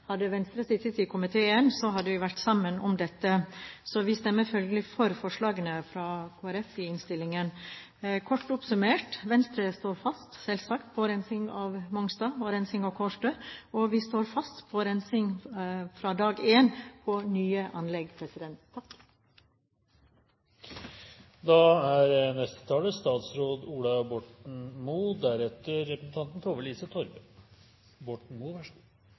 Hadde Venstre sittet i komiteen, hadde vi stått sammen om dette. Vi stemmer følgelig for forslagene fra Kristelig Folkeparti i innstillingen. Kort oppsummert: Venstre står selvsagt fast på rensing på Mongstad og Kårstø, og vi står fast på rensing fra dag én på nye anlegg. Meld. St. 9 gir en bred gjennomgang av CO2-håndtering nasjonalt og internasjonalt. Arbeidet på Mongstad er